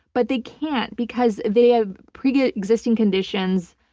but they can't because they have pre-existing conditions,